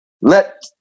Let